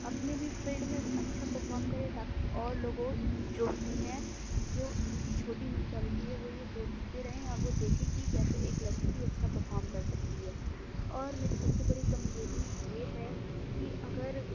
اپنے بھی فیلڈ میں وہ اچھا پرفارم کرے تاکہ اور لوگوں جو بھی ہیں جو جن کی چھوٹی منٹیلیٹی ہے وہ یہ سوچتے رہیں اور وہ دیکھیں کہ کیسے ایک لڑکی بھی اچھا پرفام کر سکتی ہے اور میری سب سے بڑی کمزوری یہ ہے کہ اگر